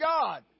God